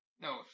No